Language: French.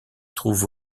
trouve